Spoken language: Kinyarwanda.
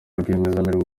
rwiyemezamirimo